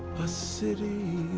a city